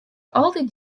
altyd